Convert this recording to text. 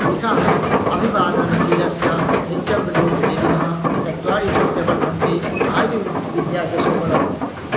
लिखा है अभिवादन शीलस्य नित्यमरूप सेविनः चत्वारि तस्य वर्धन्ते आयुर्विद्या यशो बलम्